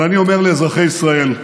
אבל אני אומר לאזרחי ישראל: